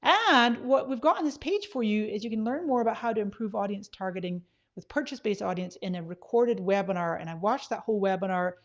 and what we've gone on this page for you is you can learn more about how to improve audience targeting with purchase based audience in a recorded webinar. and i've watched that whole webinar,